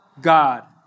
God